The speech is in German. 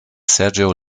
sergio